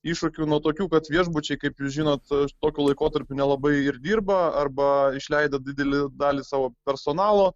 iššūkių nu tokių kad viešbučiai kaip jūs žinot tokiu laikotarpiu nelabai ir dirba arba išleido didelę dalį savo personalo